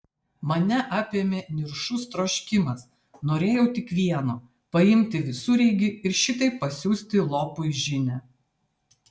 mane apėmė niršus troškimas norėjau tik vieno paimti visureigį ir šitaip pasiųsti lopui žinią